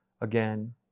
again